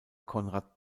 konrad